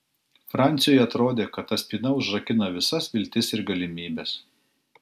franciui atrodė kad ta spyna užrakina visas viltis ir galimybes